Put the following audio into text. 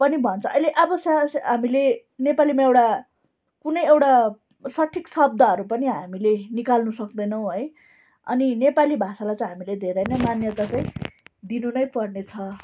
पनि भन्छ अहिले अब हामीले नेपालीमा एउटा कुनै एउटा सठिक शब्दहरू पनि हामीले निकाल्नु सक्दैनौँ है अनि नेपाली भाषालाई चाहिँ हामीले धेरै नै मान्यता चाहिँ दिनु नै पर्नेछ